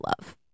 love